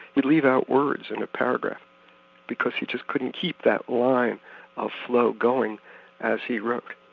he'd leave out words in a paragraph because he just couldn't keep that line of flow going as he wrote.